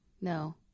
No